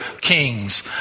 kings